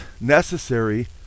necessary